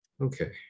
Okay